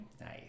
Nice